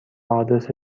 آدرس